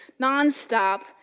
nonstop